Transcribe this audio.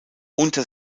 unter